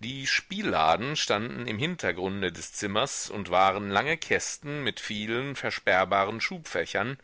die spielladen standen im hintergrunde des zimmers und waren lange kästen mit vielen versperrbaren schubfächern